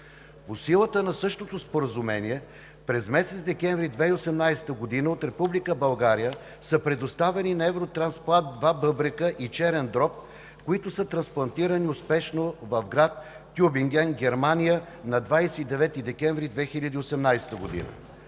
По силата на същото споразумение, през месец декември 2018 г. от Република България са предоставени на Евротрансплант два бъбрека и черен дроб, които са трансплантирани успешно в град Тюбинген, Германия, на 29 декември 2018 г.